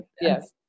yes